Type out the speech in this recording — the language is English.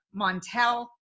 Montel